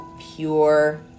pure